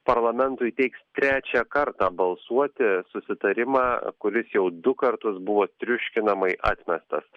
parlamentui teiks trečią kartą balsuoti susitarimą kuris jau du kartus buvo triuškinamai atmestas